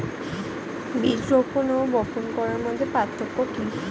বীজ রোপন ও বপন করার মধ্যে পার্থক্য কি?